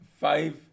five